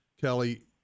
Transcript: Kelly